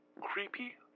creepy